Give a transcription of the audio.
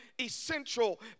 essential